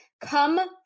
come